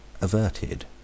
averted